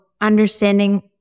understanding